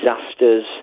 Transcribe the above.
disasters